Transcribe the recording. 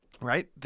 right